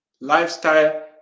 lifestyle